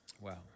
wow